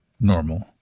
normal